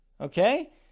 Okay